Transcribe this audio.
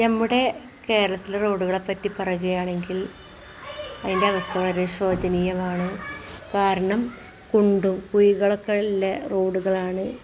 നമ്മുടെ കേരളത്തിലെ റോഡുകളെപ്പറ്റി പറയുകയാണെങ്കിൽ അതിൻറെ അവസ്ഥ വരെ ശോചനീയമാണ് കാരണം കുണ്ടും കുഴികളൊക്ക ഉള്ള റോഡുകളാണ്